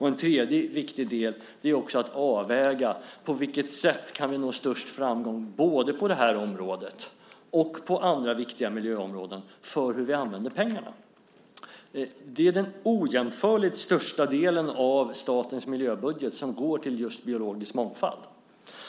En tredje viktig del är också att avväga på vilket sätt vi kan nå störst framgång, både på det här området och på andra viktiga miljöområden, för de pengar vi använder. Det är den ojämförligt största delen av statens miljöbudget som går till just biologisk mångfald.